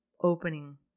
opening